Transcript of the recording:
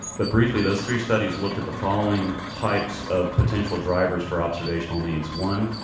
but briefly those three studies looked at the following types of potential drivers for observational needs. one,